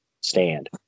stand